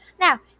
Now